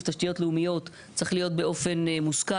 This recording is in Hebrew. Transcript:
תשתיות לאומיות צריך להיות באופן מושכל,